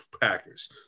Packers